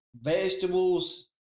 vegetables